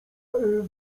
ewy